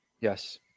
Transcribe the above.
Yes